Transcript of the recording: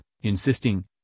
insisting